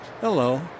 Hello